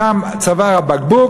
שם צוואר הבקבוק,